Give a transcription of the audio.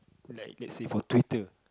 like let's say for Twitter